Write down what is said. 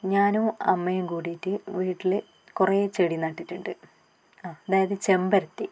ഞാനും അമ്മയും കൂടീട്ട് വീട്ടിൽ കുറെ ചെടി നട്ടിട്ടുണ്ട് അതായത് ചെമ്പരത്തി